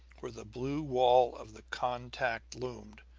where the blue wall of the contact loomed,